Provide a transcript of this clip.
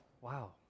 wow